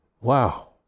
Wow